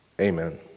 Amen